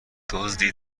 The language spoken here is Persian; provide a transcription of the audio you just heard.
دزدی